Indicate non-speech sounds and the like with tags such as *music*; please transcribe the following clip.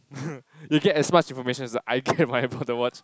*laughs* you get as much information as I get when I bought the watch